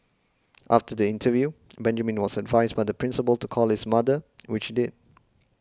after the interview Benjamin was advised by the Principal to call his mother which did